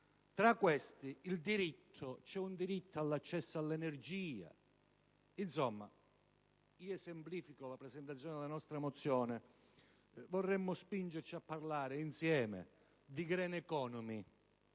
Tra questi, cito il diritto all'accesso all'energia. Insomma, esemplificando il contenuto della nostra mozione: vorremmo spingerci a parlare insieme di *green economy*,